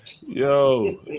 Yo